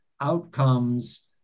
outcomes